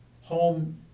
home